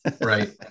Right